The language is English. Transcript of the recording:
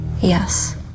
Yes